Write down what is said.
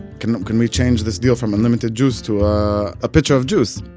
can can we change this deal from unlimited juice to a pitcher of juice?